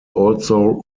also